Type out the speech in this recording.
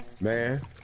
Man